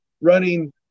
running